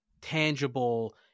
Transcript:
tangible